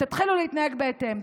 תתחילו להתנהג בהתאם.